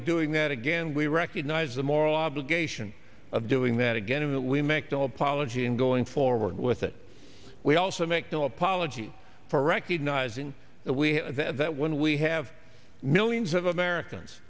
of doing that again we recognize the moral obligation of doing that again and that we make no apology in going forward with it we also make no apology for recognizing that we that when we have millions of americans